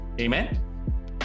Amen